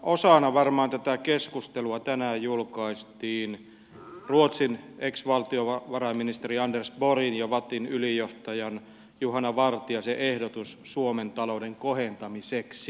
osana varmaan tätä keskustelua tänään julkaistiin ruotsin ex valtiovarainministeri anders borgin ja vattin ylijohtaja juhana vartiaisen ehdotus suomen talouden kohentamiseksi